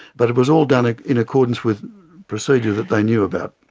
but it was all done ah in accordance with procedure that they knew about.